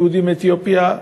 יהודים מאתיופיה,